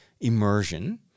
immersion